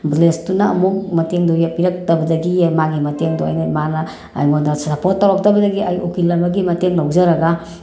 ꯄꯨꯂꯤꯁꯇꯨꯅ ꯑꯃꯨꯛ ꯃꯇꯦꯡꯗꯣ ꯍꯦꯛ ꯄꯤꯔꯛꯇꯗꯒꯤ ꯃꯥꯒꯤ ꯃꯇꯦꯡꯗꯣ ꯑꯩꯅ ꯃꯥꯅ ꯑꯩꯉꯣꯟꯗ ꯁꯄꯣꯔꯠ ꯇꯧꯔꯛꯇꯕꯗꯒꯤ ꯑꯩ ꯎꯀꯤꯜ ꯑꯃꯒꯤ ꯃꯇꯦꯡ ꯂꯧꯖꯔꯒ